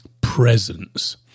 presence